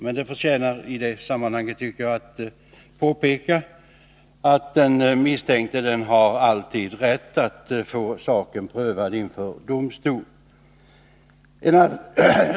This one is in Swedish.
Men det förtjänar i detta sammanhang att påpekas att den misstänkte alltid har rätt att få saken prövad inför domstol.